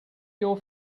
your